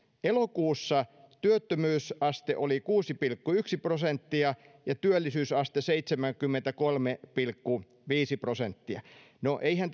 elokuussa työttömyysaste oli kuusi pilkku yksi prosenttia ja työllisyysaste seitsemänkymmentäkolme pilkku viisi prosenttia no eihän